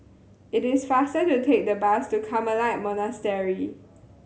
it is faster to take the bus to Carmelite Monastery